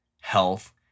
health